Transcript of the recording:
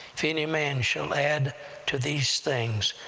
if any man shall add to these things,